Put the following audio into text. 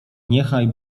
niechaj